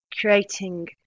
creating